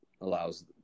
allows